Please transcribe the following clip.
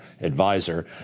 advisor